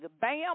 bam